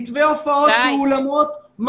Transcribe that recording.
מתווה להופעות באולמות,